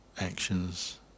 actions